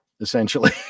essentially